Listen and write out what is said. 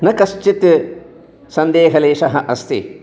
न कश्चित् सन्देहलेशः अस्ति